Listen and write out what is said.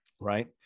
right